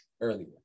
earlier